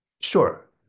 Sure